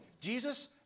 Jesus